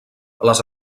les